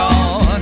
on